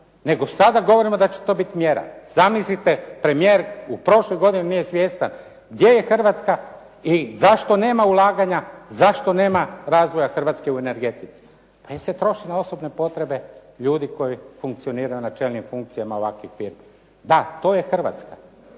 nego sada govorimo da će to biti mjera. Zamislite premijer u prošloj godini nije svjestan gdje je Hrvatska i zašto nema ulaganja, zašto nema razvoja Hrvatske u energetici. Pa jer se troši na osobne potrebe ljudi koji funkcioniraju na čelnim funkcijama ovakvih firmi. Da, to je Hrvatska.